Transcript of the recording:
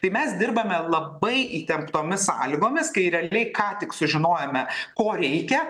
tai mes dirbame labai įtemptomis sąlygomis kai realiai ką tik sužinojome ko reikia